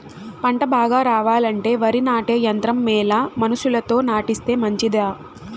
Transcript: పంట బాగా రావాలంటే వరి నాటే యంత్రం మేలా మనుషులతో నాటిస్తే మంచిదా?